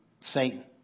Satan